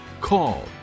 call